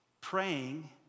praying